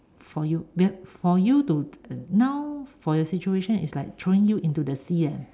for you for you to now your situation is like throwing you into the sea leh